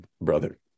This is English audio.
brother